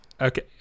Okay